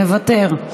מוותר.